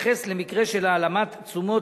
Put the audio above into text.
מתייחס למקרה של העלמת תשומות.